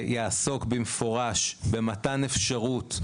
ושיעסוק במפורש במתן אפשרות,